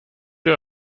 ihr